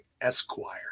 Esquire